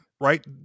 right